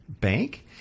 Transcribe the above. Bank